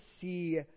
see